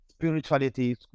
spirituality